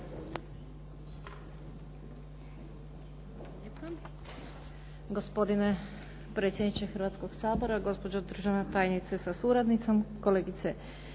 Hvala vam